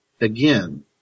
again